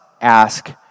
ask